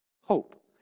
Hope